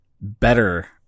better